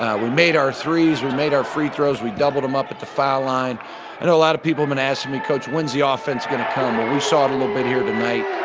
we made our threes, we made our free throws, we doubled them up at the foul line. and a lot of people have been asking me, coach, when's the ah offense going to come? well, we saw it a little bit here tonight.